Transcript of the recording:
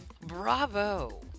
Bravo